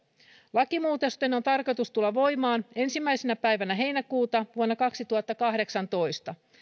lakimuutosten on tarkoitus tulla voimaan ensimmäisenä päivänä heinäkuuta vuonna kaksituhattakahdeksantoista